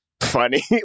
funny